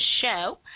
show